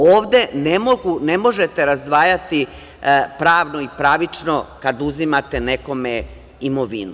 Ovde ne možete razdvajati pravno i pravično kad uzimate nekome imovinu.